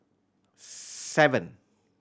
seven